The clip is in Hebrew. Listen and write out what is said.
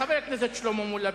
חבר הכנסת שלמה מולה,